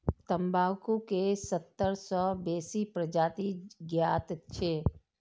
तंबाकू के सत्तर सं बेसी प्रजाति ज्ञात छै